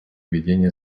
ведения